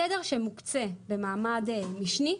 תדר שמוקצה במעמד משני,